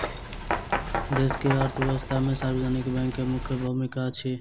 देश के अर्थव्यवस्था में सार्वजनिक बैंक के मुख्य भूमिका अछि